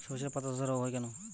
শর্ষের পাতাধসা রোগ হয় কেন?